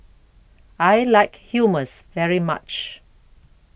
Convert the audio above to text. I like Hummus very much